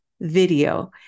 video